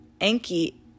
Enki